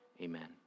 Amen